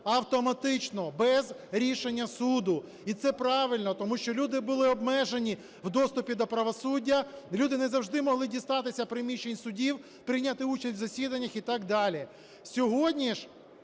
автоматично, без рішення суду. І це правильно, тому що люди були обмежені в доступі до правосуддя, люди не завжди могли дістатися приміщень судів, прийняти участь в засіданнях і так далі.